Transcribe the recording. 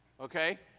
okay